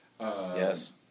Yes